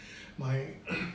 my